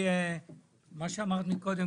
מה שאמרת מקודם,